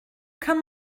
kann